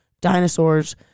dinosaurs